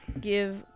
give